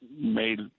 made